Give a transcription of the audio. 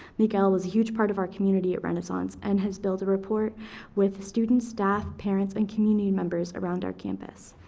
miguel was a huge part of our community at renaissance and has built a rapport with students, staff, parents, and community members around our campus.